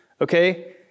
Okay